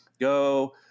go